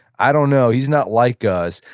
i don't know, he's not like us.